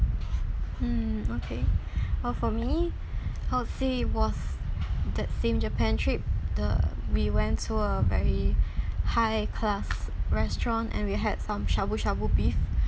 um okay while for me I'd say it was that same japan trip the we went to a very high class restaurant and we had some shabu shabu beef